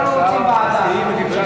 אנחנו רוצים ועדה.